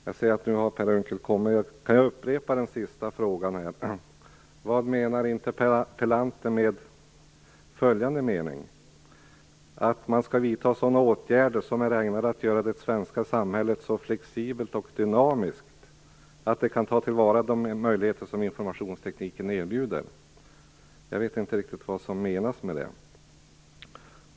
Eftersom Per Unckel nu har kommit till kammaren upprepar jag den senaste frågan. Vad menar alltså interpellanten med det som sägs om att åtgärder måste vidtas som är ägnade att göra det svenska samhället så flexibelt och dynamiskt att det kan ta till vara de möjligheter som informationstekniken erbjuder? Jag vet inte riktigt vad som menas med detta.